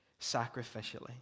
sacrificially